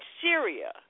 Syria